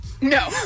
No